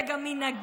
זה גם מנהגים,